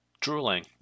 drooling